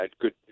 good